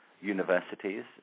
universities